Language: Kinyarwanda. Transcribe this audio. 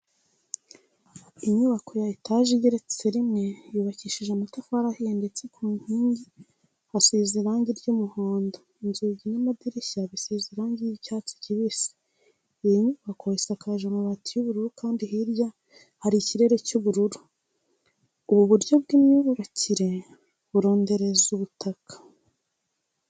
Inyubako ya etaje igeretse rimwe yubakishije amatafari ahiye ndetse ku nkingi hasize irange ry'umuhondo, inzugi n'amadirishya bisize irange ry'icyatsi kibisi. Iyi nyubako isakaje amabati y'ubururu kandi hirya hari ikirere cy'ubururu. Ubu buryo bw'imyubakire burondereza ubutaka.